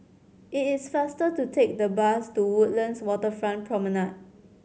it is faster to take the bus to Woodlands Waterfront Promenade